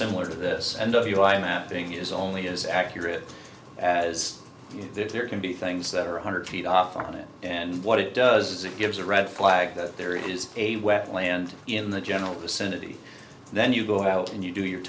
similar to this and the view i mapping is only as accurate as there can be things that are one hundred feet off of it and what it does is it gives a red flag that there is a wet land in the general vicinity and then you go out and you do your